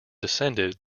descended